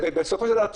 בסופו של דבר,